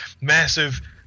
massive